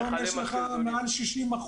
היום יש מעל 60%,